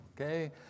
okay